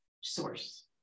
source